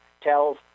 tells